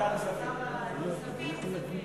ועדת כספים.